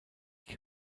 can